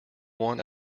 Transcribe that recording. one